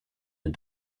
une